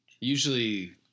Usually